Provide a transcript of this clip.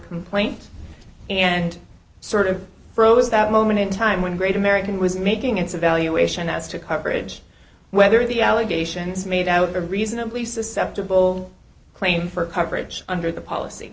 complaint and sort of froze that moment in time when great american was making its evaluation as to coverage whether the allegations made out a reasonably susceptible claim for coverage under the policy